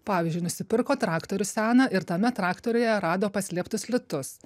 pavyzdžiui nusipirko traktorių seną ir tame traktoriuje rado paslėptus litus